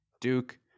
Duke